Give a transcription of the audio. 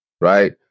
right